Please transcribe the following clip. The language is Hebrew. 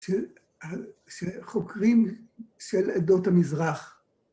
‫שחוקרים של עדות המזרח.